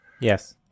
Yes